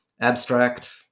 abstract